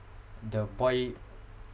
the boy